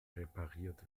repariert